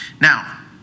now